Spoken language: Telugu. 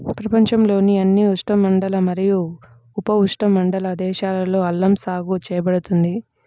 ప్రపంచంలోని అన్ని ఉష్ణమండల మరియు ఉపఉష్ణమండల దేశాలలో అల్లం సాగు చేయబడుతుంది